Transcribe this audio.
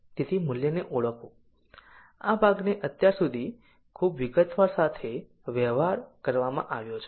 તેથી મૂલ્યને ઓળખવું આ ભાગને અત્યાર સુધી ખૂબ વિગતવાર સાથે વ્યવહાર કરવામાં આવ્યો છે